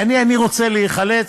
אני רוצה להיחלץ,